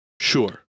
Sure